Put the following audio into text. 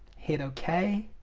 hit okay